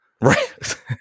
Right